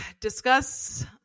discuss